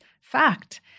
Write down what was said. fact